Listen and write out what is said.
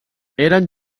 eren